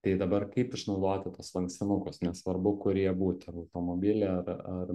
tai dabar kaip išnaudoti tuos lankstinukus nesvarbu kur jie būtų ar automobily ar ar